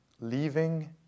leaving